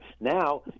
now